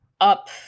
up